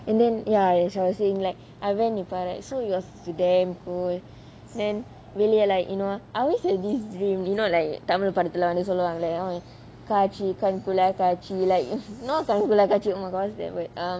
and then ya as I was saying like I went nepal right so it was like damn cool then really like you know I always have this dream you know like Tamil படத்துல வந்து சொல்லுவாங்களே காட்சி கண் கொள்ளா காட்சி:tamil padathula vanthu soluvangalae kaatchi kann kollaa kaatchi like not கண் கொள்ளா காட்சி:kann kollaa kaatchi oh my god